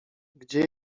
gdzie